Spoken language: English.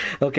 okay